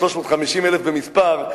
350,000 במספר,